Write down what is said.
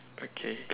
okay